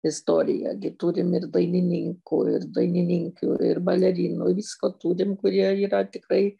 istorija gi turim ir dainininkų ir dainininkių ir balerinų visko turim kurie yra tikrai